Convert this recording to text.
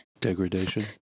Degradation